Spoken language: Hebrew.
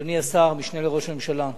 אדוני השר המשנה לראש הממשלה,